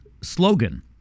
slogan